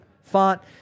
font